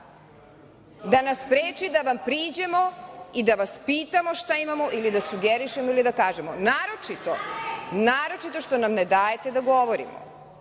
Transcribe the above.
da nas spreči da vam priđemo i da vas pitamo šta imamo ili da sugerišemo ili da kažemo, naročito što nam ne dajete da govorimo. Nemam